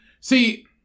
see